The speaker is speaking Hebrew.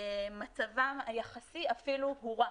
מצבם היחסי אפילו הורע